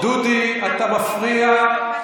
דודי, אתה מפריע לקטי.